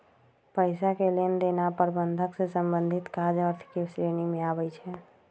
पइसा के लेनदेन आऽ प्रबंधन से संबंधित काज अर्थ के श्रेणी में आबइ छै